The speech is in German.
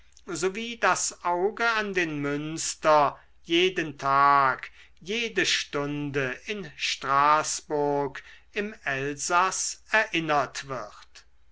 wie das auge an den münster jeden tag jede stunde in straßburg im elsaß erinnert wird